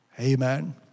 Amen